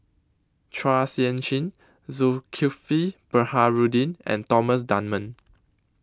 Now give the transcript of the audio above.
Chua Sian Chin Zulkifli Baharudin and Thomas Dunman